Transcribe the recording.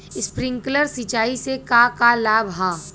Sprinkler सिंचाई से का का लाभ ह?